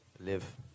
Live